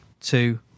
two